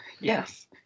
Yes